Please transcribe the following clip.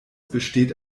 besteht